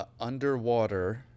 underwater